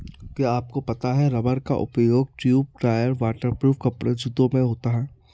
क्या आपको पता है रबर का उपयोग ट्यूब, टायर, वाटर प्रूफ कपड़े, जूते में होता है?